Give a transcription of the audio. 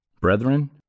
Brethren